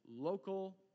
local